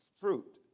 fruit